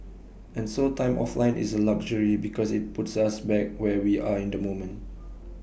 and so time offline is A luxury because IT puts us back where we are in the moment